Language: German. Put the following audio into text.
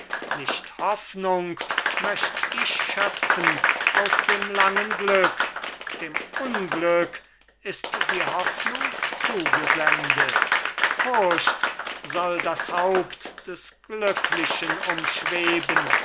nicht hoffnung möcht ich schöpfen aus dem langen glück dem unglück ist die hoffnung zugesendet furcht soll das haupt des glücklichen umschweben